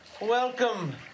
welcome